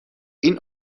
این